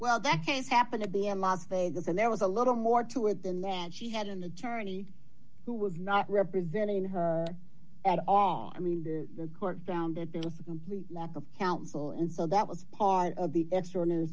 well that case happened to be in las vegas and there was a little more to it than that and she had an attorney who was not representing her at all i mean the court found that there was a complete lack of counsel and so that was part of the